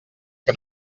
que